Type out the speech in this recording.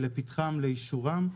לפתחם, לאישורם.